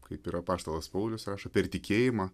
kaip ir apaštalas paulius rašo per tikėjimą